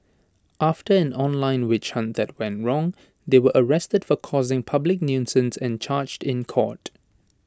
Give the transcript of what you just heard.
after an online witch hunt that went wrong they were arrested for causing public nuisance and charged in court